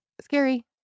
scary